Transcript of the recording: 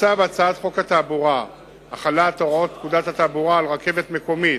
מוצע בהצעת חוק התעבורה (החלת הוראות פקודת התעבורה על רכבת מקומית,